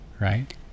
right